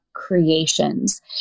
Creations